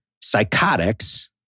psychotics